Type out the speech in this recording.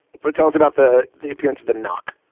but tell us about the the appearance of the knock